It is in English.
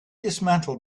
dismantled